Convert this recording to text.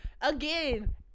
again